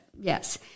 Yes